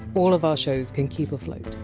all of our shows can keep afloat.